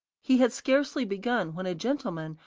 he had scarcely begun, when a gentleman,